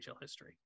history